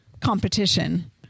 competition